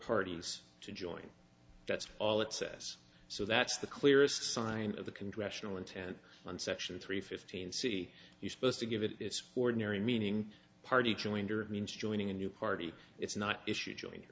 parties to join that's all it says so that's the clearest sign of the congressional intent on section three fifteen see you supposed to give it its ordinary meaning party joinder means joining a new party it's not issue joined